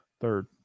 Third